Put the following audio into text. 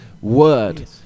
Word